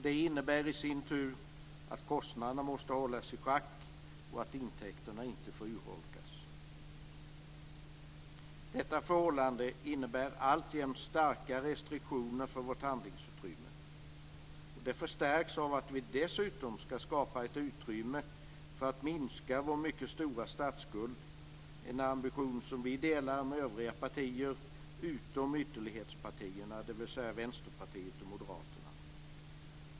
Det innebär i sin tur att kostnaderna måste hållas i schack och att intäkterna inte får urholkas. Detta förhållande innebär alltjämt starka restriktioner för vårt handlingsutrymme. Det förstärks av att vi dessutom skall skapa ett utrymme för att minska vår mycket stora statsskuld - en ambition som vi delar med övriga partier utom ytterlighetspartierna, dvs. Vänsterpartiet och Moderaterna.